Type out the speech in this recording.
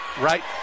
right